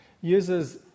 uses